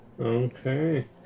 Okay